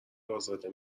ازاده